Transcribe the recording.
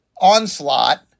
Onslaught